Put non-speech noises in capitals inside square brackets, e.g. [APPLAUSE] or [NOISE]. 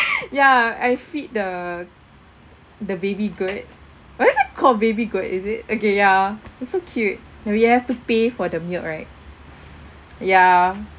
[BREATH] ya I feed the the baby goat was it called baby goat is it okay yeah they so cute and we have to pay for the milk right ya